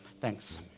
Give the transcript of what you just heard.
Thanks